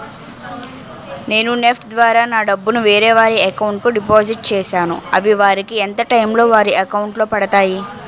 నేను నెఫ్ట్ ద్వారా నా డబ్బు ను వేరే వారి అకౌంట్ కు డిపాజిట్ చేశాను అవి వారికి ఎంత టైం లొ వారి అకౌంట్ లొ పడతాయి?